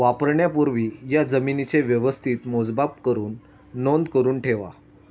वापरण्यापूर्वी या जमीनेचे व्यवस्थित मोजमाप करुन नोंद करुन ठेवा